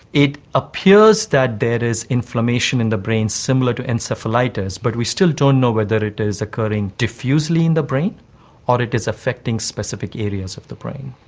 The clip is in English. it appears that there is inflammation in the brain similar to encephalitis, but we still don't know whether it is occurring diffusely in the brain or it is affecting specific areas of the brain.